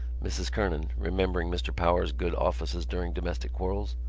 mrs. kernan, remembering mr. power's good offices during domestic quarrels,